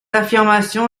affirmation